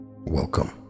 Welcome